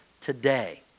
today